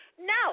No